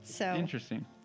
Interesting